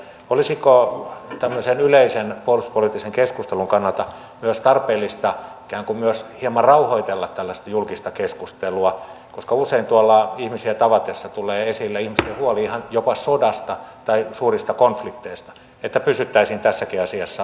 olisiko tämmöisen yleisen puolustuspoliittisen keskustelun kannalta myös tarpeellista ikään kuin myös hieman rauhoitella tällaista julkista keskustelua koska usein tuolla ihmisiä tavatessa tulee esille ihmisten huoli ihan jopa sodasta tai suurista konflikteista että pysyttäisiin tässäkin asiassa tolkun tiellä